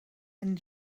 and